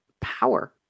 power